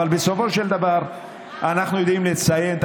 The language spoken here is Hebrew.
אבל בסופו של דבר אנחנו יודעים לציין את